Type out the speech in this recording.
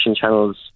channels